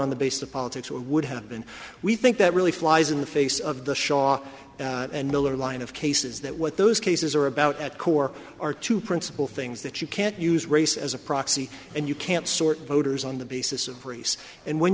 on the basis of politics it would have been we think that really flies in the face of the shaw and miller line of cases that what those cases are about at core are two principle things that you can't use race as a proxy and you can't sort voters on the basis of race and when